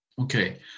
okay